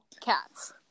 cats